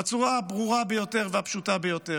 בצורה הברורה ביותר והפשוטה ביותר.